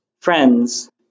friends